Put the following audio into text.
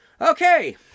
Okay